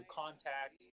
contact